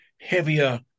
heavier